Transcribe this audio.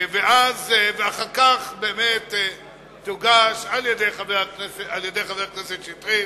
ואחר כך באמת תוגש על-ידי חבר הכנסת שטרית